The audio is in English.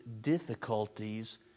difficulties